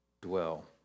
dwell